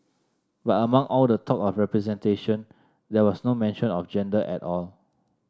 but among all the talk of representation there was no mention of gender at all